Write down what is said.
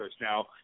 Now